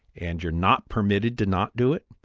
and you're not permitted to not do it.